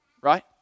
right